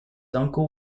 uncle